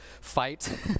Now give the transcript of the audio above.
fight